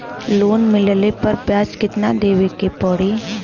Loan मिलले पर ब्याज कितनादेवे के पड़ी?